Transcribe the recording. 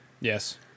Yes